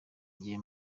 agiye